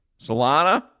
Solana